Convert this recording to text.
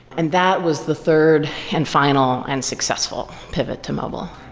and that was the third and final and successful pivot to mobile.